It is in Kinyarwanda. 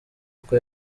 uko